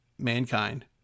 mankind